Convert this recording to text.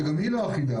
שגם היא לא אחידה,